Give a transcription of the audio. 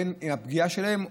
בגין הפגיעה שלהם,